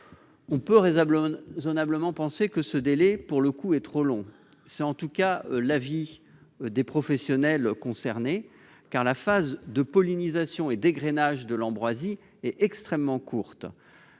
On peut raisonnablement penser que le délai visé est trop long. C'est en tout cas l'avis des professionnels concernés, car la phase de pollinisation et d'égrainage de l'ambroisie est extrêmement courte.